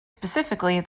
specifically